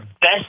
best